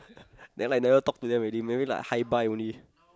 then like never talk to them already maybe like hi bye only